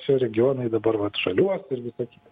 čia regionai dabar vat žaliuos ir visa kita